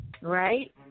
Right